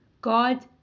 God